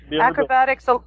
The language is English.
Acrobatics